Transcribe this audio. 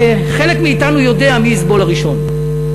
חלק מאתנו יודע מי יסבול הראשון,